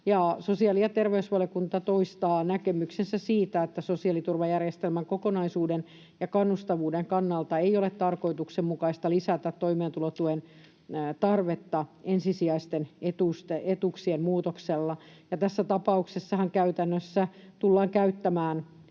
sosiaali- ja terveysvaliokunta toistaa näkemyksensä siitä, että sosiaaliturvajärjestelmän kokonaisuuden ja kannustavuuden kannalta ei ole tarkoituksenmukaista lisätä toimeentulotuen tarvetta ensisijaisten etuuksien muutoksella. Tässä tapauksessahan käytännössä tullaan käyttämään